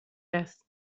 است